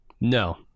no